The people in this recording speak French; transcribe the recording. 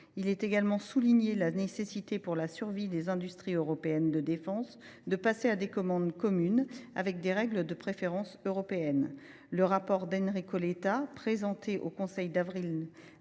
? Est également soulignée la nécessité pour la survie des industries européennes de défense de passer à des commandes communes, avec des règles de préférence européenne. Le rapport d’Enrico Letta, présenté au Conseil européen